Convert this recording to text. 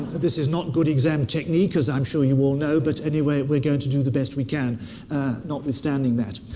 this is not good exam technique, as i'm sure you all know, but anyway, we're going to do the best we can not withstanding that.